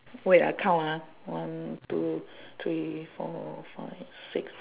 wait I count ah one two three four five six